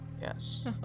Yes